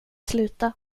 sluta